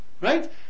Right